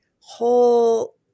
whole